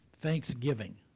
Thanksgiving